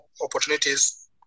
opportunities